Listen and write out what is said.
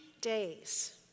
days